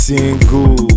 Single